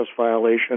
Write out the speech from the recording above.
violation